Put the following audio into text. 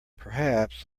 perhaps